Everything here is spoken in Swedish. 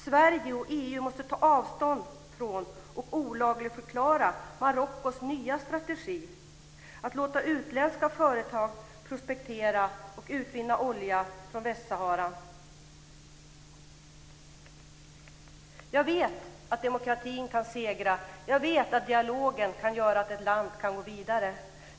Sverige och EU måste ta avstånd från och olagligförklara Marockos nya strategi: att låta utländska företag prospektera och utvinna olja från Västsahara. Jag vet att demokratin kan segra. Jag vet att dialogen kan göra att ett land kan gå vidare.